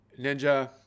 Ninja